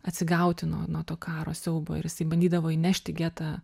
atsigauti nuo nuo to karo siaubo ir jisai bandydavo įnešt į getą